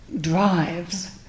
drives